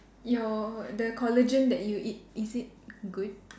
your the collagen that you eat is it good